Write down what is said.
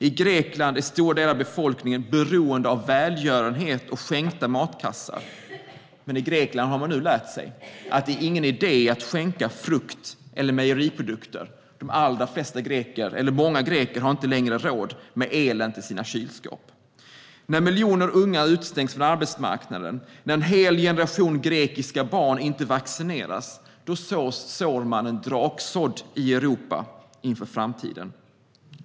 I Grekland är stora delar av befolkningen beroende av välgörenhet och skänkta matkassar. Men i Grekland har man nu lärt sig att det inte är någon idé att skänka frukt eller mejeriprodukter eftersom många greker inte längre har råd med elen till sina kylskåp. När miljoner unga utestängs från arbetsmarknaden och när en hel generation grekiska barn inte vaccineras sår man en draksådd i Europa inför framtiden.